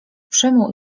przemył